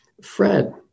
Fred